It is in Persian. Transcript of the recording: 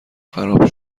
خراب